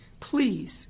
Please